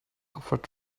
offered